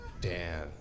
Dan